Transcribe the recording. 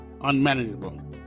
unmanageable